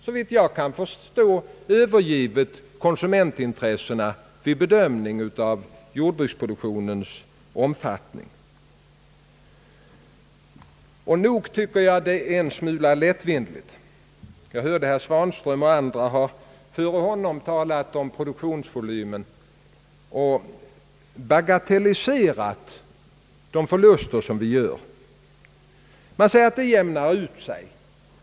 Såvitt jag kan förstå har man helt enkelt övergivit konsumentintressena vid bedömningen av jordbruksproduktionens omfattning. Jag hörde herr Svanström och andra före honom tala om produktionsvolymen. Nog tycker jag det är en smula lättvindigt att bagatellisera de förluster vi gör. Man säger att det jämnar ut sig.